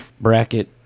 bracket